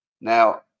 Now